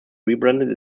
rebranded